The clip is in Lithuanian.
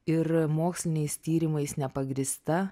ir moksliniais tyrimais nepagrįsta